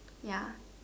ya